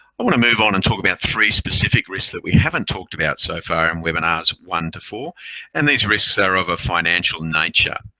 i want to move on and talk about three specific risks that we haven't talked about so far in webinars one to four and the risks are of a financial nature.